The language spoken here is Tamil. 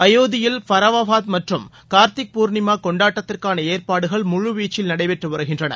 அயோத்தியில் பராவாஃபாத் மற்றும் கார்த்திக் பூர்ணிமா கொண்டாட்டத்திற்கான ஏற்பாடுகள் முழுவீச்சில் நடைபெற்று வருகின்றன